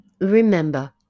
Remember